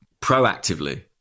proactively